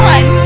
One